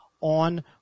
on